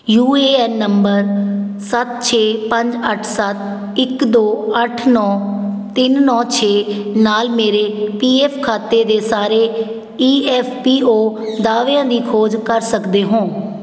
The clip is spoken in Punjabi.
ਯੂ ਏ ਐਨ ਨੰਬਰ ਸੱਤ ਛੇ ਪੰਜ ਅੱਠ ਸੱਤ ਇੱਕ ਦੋ ਅੱਠ ਨੌ ਤਿੰਨ ਨੌ ਛੇ ਨਾਲ ਮੇਰੇ ਪੀ ਐਫ ਖਾਤੇ ਦੇ ਸਾਰੇ ਈ ਐਫ ਪੀ ਓ ਦਾਅਵਿਆਂ ਦੀ ਖੋਜ ਕਰ ਸਕਦੇ ਹੋਂ